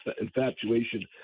infatuation